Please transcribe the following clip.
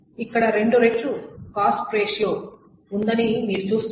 ఇక్కడ రెండు రెట్లు కాస్ట్ రేషియో ఉందని మీరు చూస్తున్నారు